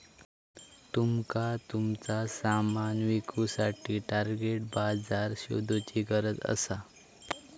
तुमका तुमचा सामान विकुसाठी टार्गेट बाजार शोधुची गरज असा